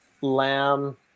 Lamb